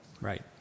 Right